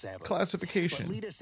classification